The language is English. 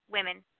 women